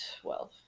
Twelve